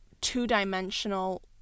two-dimensional